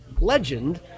legend